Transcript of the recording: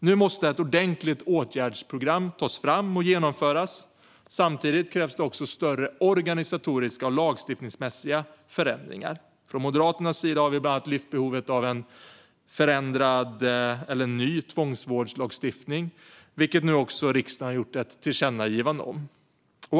Nu måste ett ordentligt åtgärdsprogram tas fram och genomföras. Samtidigt krävs det också större organisatoriska och lagstiftningsmässiga förändringar. Moderaterna har bland annat lyft fram behovet av en ny tvångsvårdslagstiftning, vilket nu också riksdagen har gjort ett tillkännagivande om.